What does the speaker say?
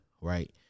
right